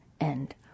end